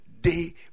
day